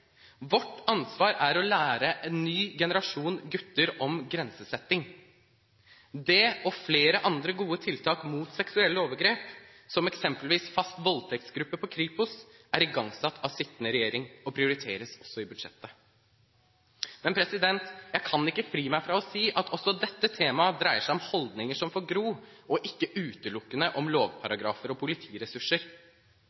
ny generasjon gutter om grensesetting. Det – og flere andre gode tiltak mot seksuelle overgrep, som eksempelvis fast voldtektsgruppe på Kripos – er igangsatt av sittende regjering og prioriteres også i budsjettet. Men jeg kan ikke fri meg for å si at også dette temaet dreier seg om holdninger som får gro, og ikke utelukkende om